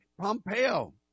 Pompeo